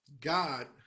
God